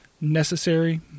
necessary